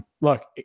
look